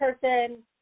person